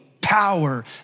power